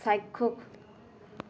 চাক্ষুষ